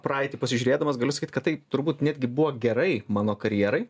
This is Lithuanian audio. praeitį pasižiūrėdamas galiu sakyt kad tai turbūt netgi buvo gerai mano karjerai